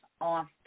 on